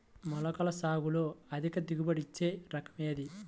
మొలకల సాగులో అధిక దిగుబడి ఇచ్చే రకం ఏది?